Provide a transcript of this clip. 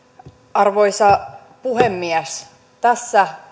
arvoisa puhemies tässä